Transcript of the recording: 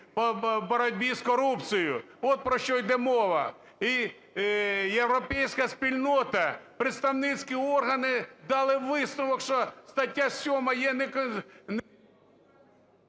по боротьбі з корупцією. От про що йде мова. І європейська спільнота, представницькі органи дали висновок, що стаття 7 є…